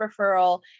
referral